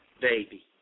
baby